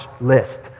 List